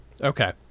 Okay